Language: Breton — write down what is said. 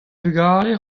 vugale